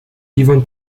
yvonne